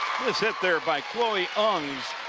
was hit there by chloe ungs.